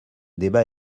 débat